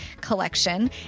collection